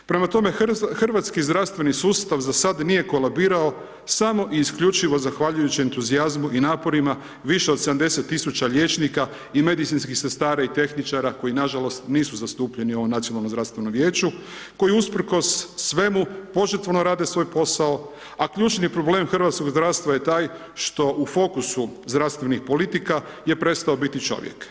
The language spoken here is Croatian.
Prema tome, hrvatski zdravstveni sustava za sad nije kolabirao samo i isključivo zahvaljujući entuzijazmu i naporima više od 70.000 liječnika i medicinskih sestara i tehničara koji nažalost nisu zastupljeni u ovom Nacionalnom zdravstvenom vijeću koji usprkos svemu požrtvovno rade svoj posao, a ključni problem hrvatskog zdravstva je taj što u fokusu zdravstvenih politika je prestao biti čovjek.